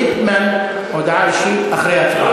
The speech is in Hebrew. ליפמן, הודעה אישית, אחרי הצבעה.